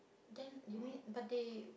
then you mean but they